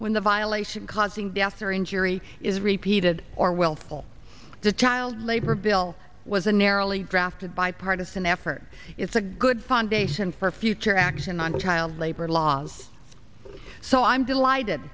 when the violation causing death or injury is repeated or willful the child labor bill was a narrowly drafted bipartisan effort it's a good foundation for future action on child labor laws so i'm delighted